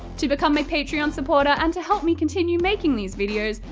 to become my patreon supporter, and to help me continue making these videos,